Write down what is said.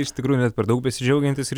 iš tikrųjų net per daug besidžiaugiantis ir